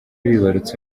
bibarutse